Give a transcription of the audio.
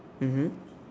mmhmm